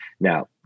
Now